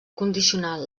condicional